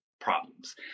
problems